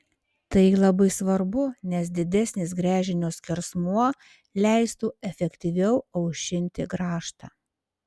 tai labai svarbu nes didesnis gręžinio skersmuo leistų efektyviau aušinti grąžtą